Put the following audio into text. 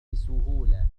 بسهولة